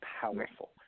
powerful